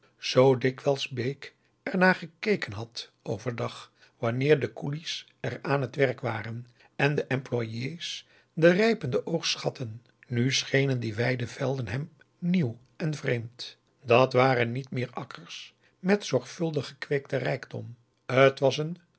zoo dikwijls bake er naar gekeken had overdag wanneer de koelies er aan het werk waren en de employés den rijpenden oogst schatten nu schenen die wijde velden hem nieuw en vreemd dat waren niet meer akkers met zorgvuldig geaugusta de wit orpheus in